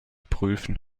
prüfen